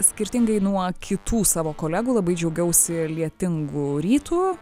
skirtingai nuo kitų savo kolegų labai džiaugiausi lietingu rytu